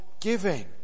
giving